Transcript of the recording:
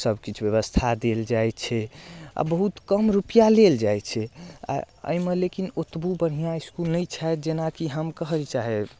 सबकिछु व्यवस्था देल जाइ छै आओर बहुत कम रुपैआ लेल जाइ छै आओर अइमे लेकिन ओतबो बढ़िआँ इसकुल नहि छथि जेनाकी हम कहऽ चाहब